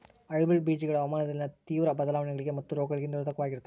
hybrid ಬೇಜಗಳು ಹವಾಮಾನದಲ್ಲಿನ ತೇವ್ರ ಬದಲಾವಣೆಗಳಿಗೆ ಮತ್ತು ರೋಗಗಳಿಗೆ ನಿರೋಧಕವಾಗಿರ್ತವ